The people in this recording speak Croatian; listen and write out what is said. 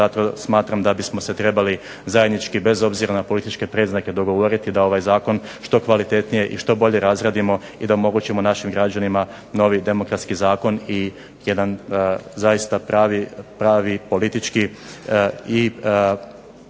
Zato smatram da bismo se trebali zajednički bez obzira na političke predznake dogovoriti da ovaj zakon što kvalitetnije i što bolje razradimo i da omogućimo našim građanima novi demokratski zakon i jedan zaista pravi politički